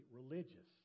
religious